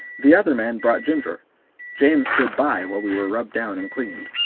the other man brought ginger james stood by while we were rubbed down and cleaned.